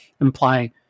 implying